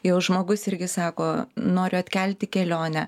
jau žmogus irgi sako noriu atkelti kelionę